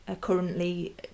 currently